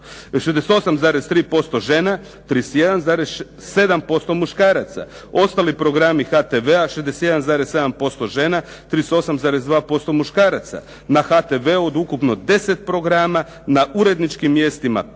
68,3% žena, 31,7% muškaraca. Ostali programi HTV-a 61,7% žena, 38,2% muškaraca. Na HTV-u od ukupno 10 programa, na uredničkim mjestima